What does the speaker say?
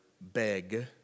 beg